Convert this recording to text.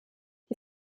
die